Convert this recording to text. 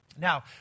Now